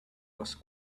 was